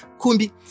Kumbi